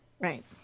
Right